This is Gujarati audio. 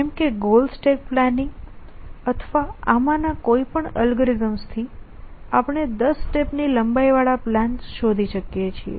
જેમ કે ગોલ સ્ટેક પ્લાનિંગ અથવા આમાંના કોઈપણ અલ્ગોરિધમ્સ થી આપણે 10 સ્ટેપ્સ ની લંબાઈ વાળા પ્લાન શોધી શકીએ છીએ